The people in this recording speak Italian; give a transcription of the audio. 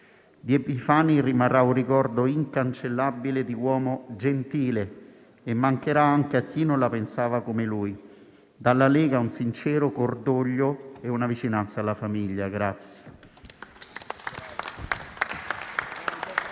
Di Epifani rimarrà un ricordo incancellabile di uomo gentile e mancherà anche a chi non la pensava come lui. Dalla Lega un sincero cordoglio e vicinanza alla famiglia.